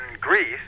Greece